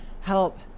Help